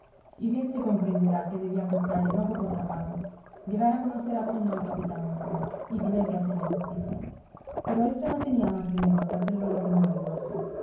y bien se comprenderá que debía costarle no poco trabajo llegar a conocer a fondo al capitán wentworth y tener que hacerle justicia pero esto no tenía más remedio que hacerlo la señora de